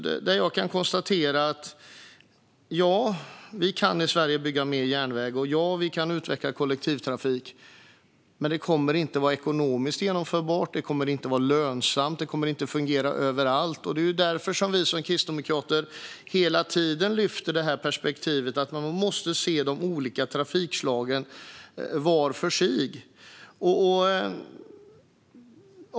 Jag kan konstatera att ja, vi kan bygga mer järnväg i Sverige och ja, vi kan utveckla kollektivtrafiken. Men det kommer inte att vara ekonomiskt genomförbart eller lönsamt, och det kommer inte att fungera överallt. Det är därför vi kristdemokrater hela tiden lyfter fram perspektivet att man måste se de olika trafikslagen var för sig.